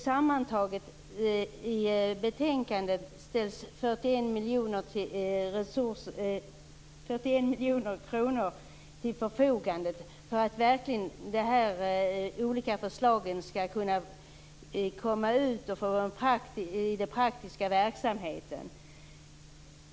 Sammantaget i betänkandet ställs 41 miljoner kronor till förfogande för att de olika förslagen verkligen skall kunna komma ut i den praktiska verksamheten.